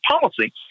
policy